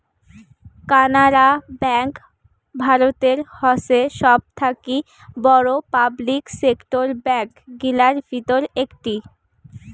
Canara bank ভারতের হসে সবথাকি বড়ো পাবলিক সেক্টর ব্যাঙ্ক গিলার ভিতর একটি